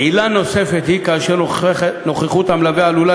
עילה נוספת היא כאשר נוכחות המלווה עלולה